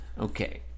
Okay